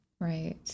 right